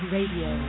Radio